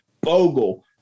Bogle